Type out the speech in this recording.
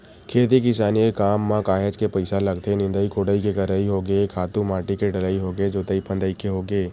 खेती किसानी के काम म काहेच के पइसा लगथे निंदई कोड़ई के करई होगे खातू माटी के डलई होगे जोतई फंदई के होगे